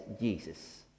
Jesus